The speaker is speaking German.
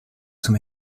zum